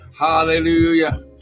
Hallelujah